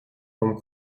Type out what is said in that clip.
vom